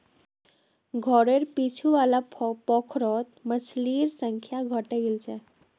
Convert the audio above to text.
घरेर पीछू वाला पोखरत मछलिर संख्या घटे गेल छ